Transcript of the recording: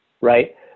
right